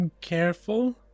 careful